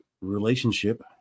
relationship